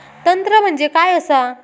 तंत्र म्हणजे काय असा?